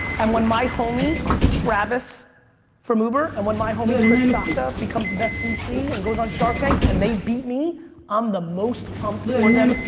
and when my homie travis from uber and when my homie chris sacca becomes the best vc and goes on shark tank and they beat me i'm the most pumped for them,